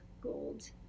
gold